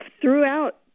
throughout